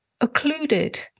occluded